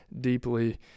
deeply